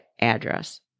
address